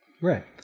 Right